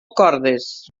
cordes